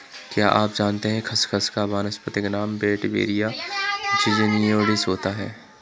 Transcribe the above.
क्या आप जानते है खसखस का वानस्पतिक नाम वेटिवेरिया ज़िज़नियोइडिस होता है?